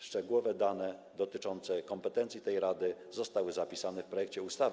Szczegółowe dane dotyczące kompetencji tej rady zostały zapisane w projekcie ustawy.